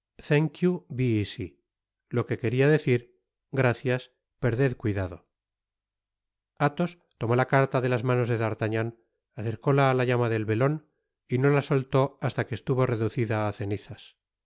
be casy loque queriadecir gracias perded cuidado athos tomó la carta de las manos de d'artagnan acercóla á la llama del velon y no la soltó hasta que esluvo reducida á cenizas